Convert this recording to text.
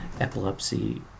epilepsy